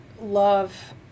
love